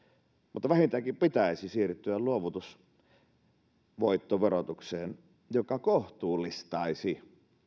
mutta vähintäänkin pitäisi siirtyä luovutusvoittoverotukseen joka kohtuullistaisi